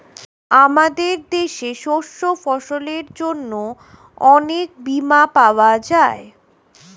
আমাদের দেশে শস্য ফসলের জন্য অনেক বীমা পাওয়া যায়